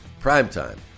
primetime